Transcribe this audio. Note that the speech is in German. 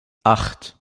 acht